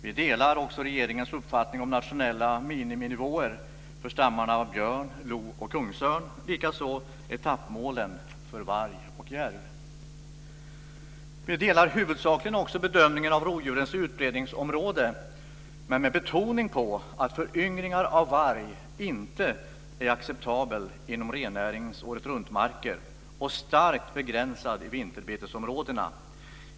Vi delar också regeringens uppfattning om nationella miniminivåer för stammarna av björn, lo och kungsörn, likaså om etappmålen för varg och järv. Vi delar huvudsakligen också bedömningen av rovdjurens utbredningsområde, dock med betoning på att föryngring av varg inte är acceptabel inom rennäringens åretruntmarker och bör vara starkt begränsad i vinterbetesområdena.